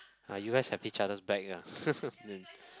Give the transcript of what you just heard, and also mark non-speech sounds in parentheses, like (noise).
ah you guys have each other's back ya (laughs)